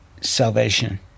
salvation